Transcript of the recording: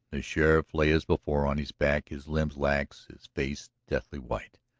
the sheriff lay as before, on his back, his limbs lax, his face deathly white,